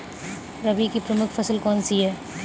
रबी की प्रमुख फसल कौन सी है?